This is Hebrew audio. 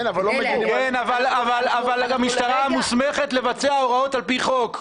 כן, אבל המשטרה מוסמכת לבצע הוראות על פי חוק.